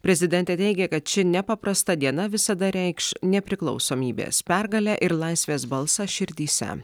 prezidentė teigė kad ši nepaprasta diena visada reikš nepriklausomybės pergalę ir laisvės balsą širdyse